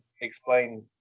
explain